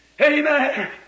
Amen